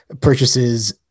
purchases